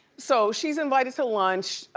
so she's invited to lunch,